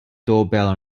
doorbell